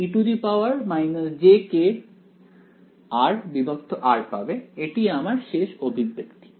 অতএব তুমি e jkRR পাবে এটি আমার শেষ অভিব্যক্তি